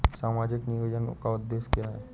सामाजिक नियोजन का उद्देश्य क्या है?